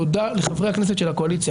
תודה לחברי הכנסת של הקואליציה.